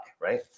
right